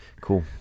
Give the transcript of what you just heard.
cool